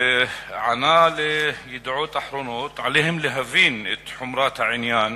וענה ל"ידיעות אחרונות": עליהם להבין את חומרת העניין